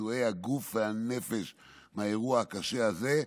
פצועי הגוף והנפש מהאירוע הקשה הזה.